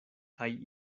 kaj